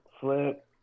Flip